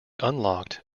unlocked